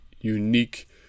unique